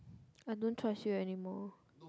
I don't trust you anymore